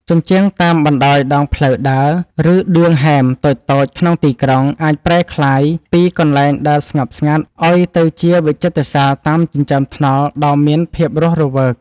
ជញ្ជាំងតាមបណ្ដោយដងផ្លូវដើរ ឬឌឿងហែមតូចៗក្នុងទីក្រុង អាចប្រែក្លាយពីកន្លែងដែលស្ងប់ស្ងាត់ឱ្យទៅជាវិចិត្រសាលតាមចិញ្ចើមថ្នល់ដ៏មានភាពរស់រវើក។